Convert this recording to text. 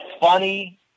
funny